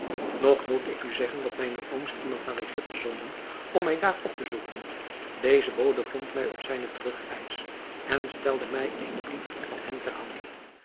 nog moet ik u zeggen dat mijne ooms iemand naar egypte zonden om mij daar op te zoeken deze bode vond mij op zijne terugreis en stelde mij een brief van hen ter hand